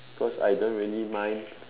cause I don't really mind